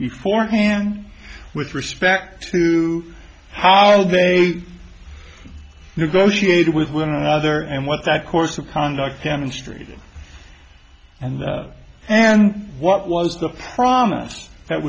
before hand with respect to how they negotiated with one another and what that course of conduct demonstrated and and what was the promise that